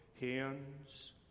hands